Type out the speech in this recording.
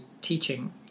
teaching